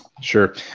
Sure